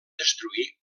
destruir